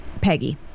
Peggy